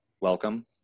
welcome